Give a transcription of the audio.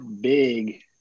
big